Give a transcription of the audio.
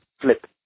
flip